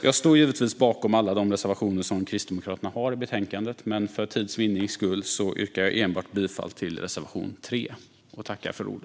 Jag står givetvis bakom alla de reservationer som Kristdemokraterna har i betänkandet, men för tids vinnande yrkar jag bifall enbart till reservation 3.